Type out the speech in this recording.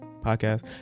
podcast